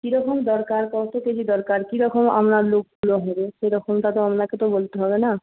কীরকম দরকার কত কেজি দরকার কীরকম আপনার লোকগুলো হবে সেরকমটা তো আপনাকে তো বলতে হবে না